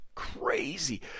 crazy